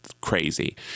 crazy